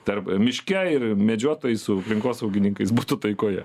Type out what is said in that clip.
tarp miške ir medžiotojai su aplinkosaugininkais būtų taikoje